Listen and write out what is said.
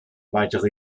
weitere